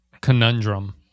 conundrum